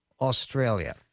Australia